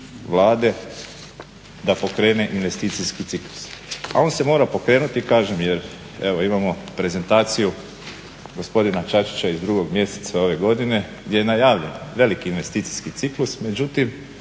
da pokrene investicijski ciklus. A on se mora pokrenuti, kažem jer evo imamo prezentaciju gospodina Čačića iz drugog mjeseca ove godine gdje je najavljen veliki investicijski ciklus. Međutim,